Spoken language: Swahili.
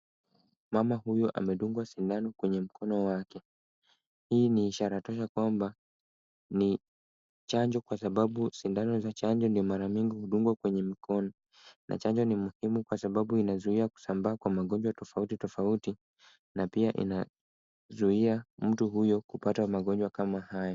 Mama huyu amedungwa sindano kwenye mkono wake. Hii ni ishara tosha kwamba ni chanjo kwa sababu sindano za chanjo ni mara mingi hudungwa kwenye mkono na chanjo ni muhimu kwa sababu inazuia kusambaa kwa magonjwa tofauti tofauti na pia inazuia mtu huyo kupata magonjwa kama haya.